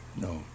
no